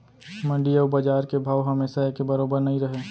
मंडी अउ बजार के भाव हमेसा एके बरोबर नइ रहय